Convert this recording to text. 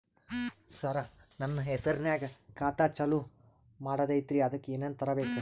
ಸರ, ನನ್ನ ಹೆಸರ್ನಾಗ ಖಾತಾ ಚಾಲು ಮಾಡದೈತ್ರೀ ಅದಕ ಏನನ ತರಬೇಕ?